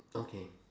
okay